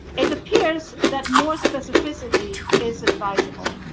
it appears that more specificity is advisable.